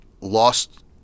lost